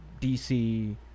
DC